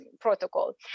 protocol